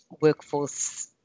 workforce